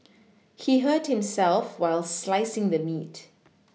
he hurt himself while slicing the meat